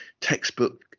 textbook